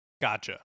gotcha